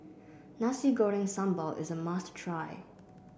Nasi Goreng Sambal is a must try